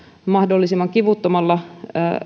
mahdollisimman kivuttomalla